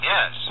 Yes